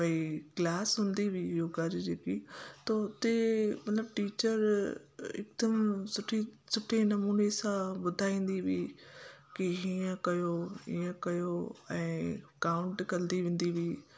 भई क्लास हूंदी हुई योगा जी जेकी त हुते उन टीचर एकदम सुठी सुठे नमूने सां ॿुधाईंदी हुई की हीअं कयो हीअं कयो ऐं काउंट कंदी वेंदी हुई